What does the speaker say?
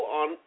on